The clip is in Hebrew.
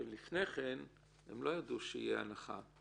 שלפני כן הם לא ידעו שתהיה הנחה,